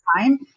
time